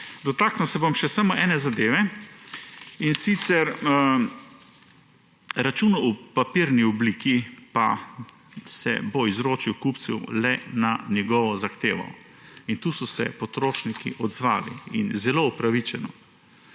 Dotaknil se bom samo še ene zadeve, in sicer račun v papirni obliki pa se bo izročil kupcu le na njegovo zahtevo in tukaj so se potrošniki odzvali. In zelo upravičeno!